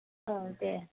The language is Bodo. औ दे